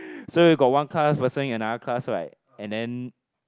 so you got one class versus another class right and then